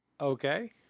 Okay